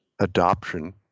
adoption